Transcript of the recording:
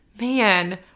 man